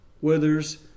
withers